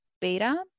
Beta